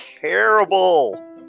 terrible